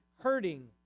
hurting